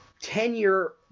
tenure